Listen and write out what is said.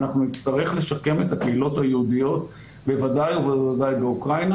ואנחנו נצטרך לשקם את הקהילות היהודיות בוודאי ובוודאי באוקראינה